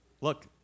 Look